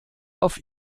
auf